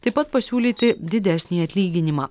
taip pat pasiūlyti didesnį atlyginimą